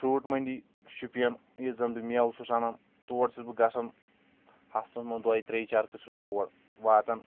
fruit مٔنٛڈی شُپین ییٚتۍ زَن بہٕ مٮ۪وٕ چھُس اَنان تور چھُس بہٕ گژھان ہَفتَس منٛز دوٚیہِ ترٚیِہ چرکہٕ چھُس بہٕ تور واتان